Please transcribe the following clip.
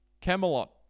Camelot